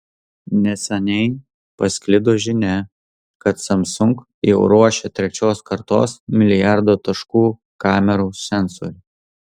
neseniai pasklido žinia kad samsung jau ruošia trečios kartos milijardo taškų kamerų sensorių